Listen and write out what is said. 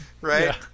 Right